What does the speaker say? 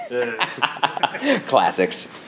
Classics